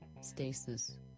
Stasis